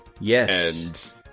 Yes